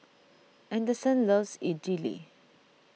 anderson loves Idili